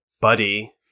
buddy